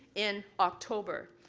in october.